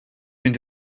mynd